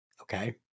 Okay